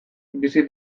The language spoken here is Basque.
bizi